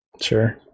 Sure